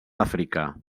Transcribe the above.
àfrica